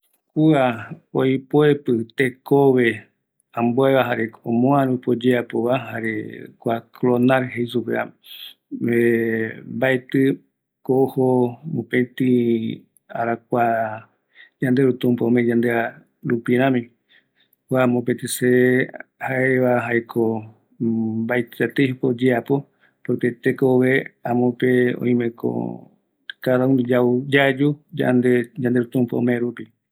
Mbaetɨko ikavi, oipoepɨ tekove moa rupi va, mbaetɨ ikavi, seveguara mbaetɨ tumpa tai rämi, kua oyeapogue moape..